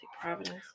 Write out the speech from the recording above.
Providence